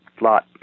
lot